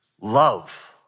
love